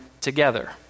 together